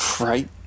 Right